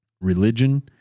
religion